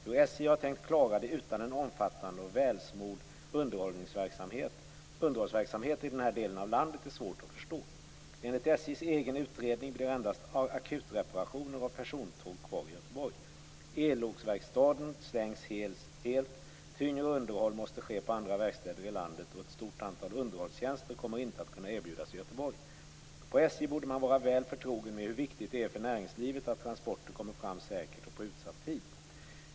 Hur SJ har tänkt klara det utan en omfattande och välsmord underhållsverksamhet i den här delen av landet är svårt att förstå. Enligt SJ:s egen utredning blir endast akutreparationer av persontåg kvar i Göteborg. Elloksverkstaden stängs helt. Tyngre underhåll måste ske på andra verkstäder i landet och ett stort antal underhållstjänster kommer inte att kunna erbjudas i Göteborg. På SJ borde man vara väl förtrogen med hur viktigt det är för näringslivet att transporter kommer fram säkert och på utsatt tid.